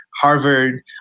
Harvard